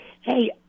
Hey